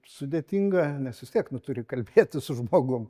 sudėtinga nes vis tiek turi kalbėtis su žmogum